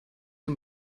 zum